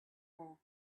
her